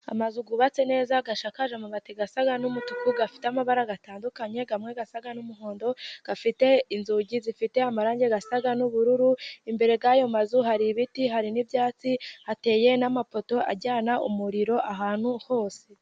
Amazu yubatse neza asakaje amabati asa n'umutuku, afite amabara atandukanye amwe asa n'umuhondo, afite inzugi zifite amarangi asa n'ubururu, imbere y'ayo mazu hari ibiti, hari n'ibyatsi, hateye n'amapoto ajyana umuriro ahantu hose.